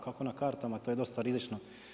Kako na kartama to je dosta rizično?